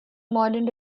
modern